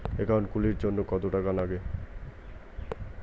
Account খুলির জন্যে কত টাকা নাগে?